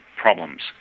problems